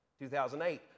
2008